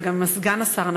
וגם סגן השר,